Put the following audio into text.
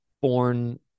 born